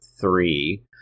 three